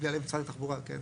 לדוגמה,